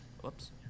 Whoops